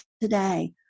today